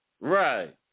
Right